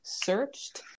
searched